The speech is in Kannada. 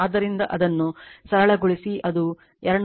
ಆದ್ದರಿಂದ ಅದನ್ನು ಸರಳಗೊಳಿಸಿ ಅದು 297